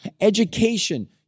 Education